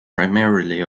primarily